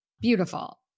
Beautiful